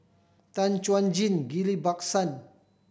Tan Chuan Jin Ghillie Basan